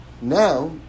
Now